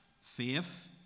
faith